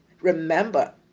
remember